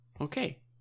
Okay